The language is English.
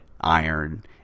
iron